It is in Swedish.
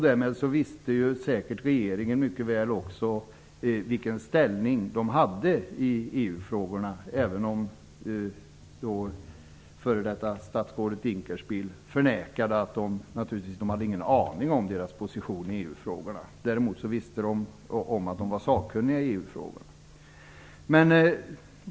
Därmed visste säkert regeringen också mycket väl vilken inställning de hade i EU-frågorna, även om f.d. statsrådet Dinkelspiel förnekade det och sade att regeringen inte hade någon aning om deras position i EU-frågorna. Däremot visste man om att de var sakkunniga i EU-frågorna.